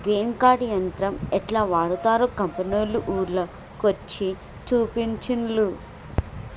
grain cart యంత్రం యెట్లా వాడ్తరో కంపెనోళ్లు ఊర్ల కొచ్చి చూపించిన్లు